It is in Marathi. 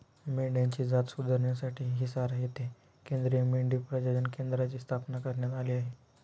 मेंढ्यांची जात सुधारण्यासाठी हिसार येथे केंद्रीय मेंढी प्रजनन केंद्राची स्थापना करण्यात आली आहे